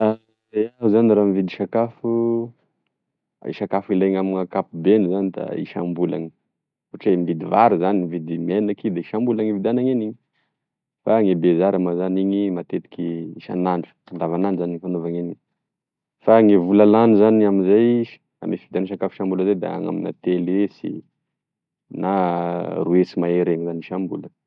Iaho zany raha mividy sakafo, e sakafo ilaina amin'ny akapobeny zany da isambolany ohatry oe mividy vary zany, mividy menaky de isambola gn'ividana eneniny, fa gne bezary ma zany iny matetiky isanandra andavanandra zany anaovan'eniny fa gne vola lany zany amzay ame fividiana sakafo isambola zay da any amina telo hesy na roy hesy mahery eo zany isambola.